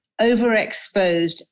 overexposed